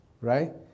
right